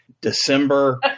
December